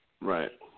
Right